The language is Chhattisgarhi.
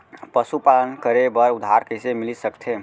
पशुपालन करे बर उधार कइसे मिलिस सकथे?